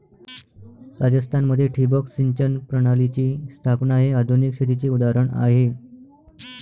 राजस्थान मध्ये ठिबक सिंचन प्रणालीची स्थापना हे आधुनिक शेतीचे उदाहरण आहे